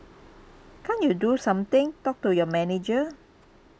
can't you do something talk to your manager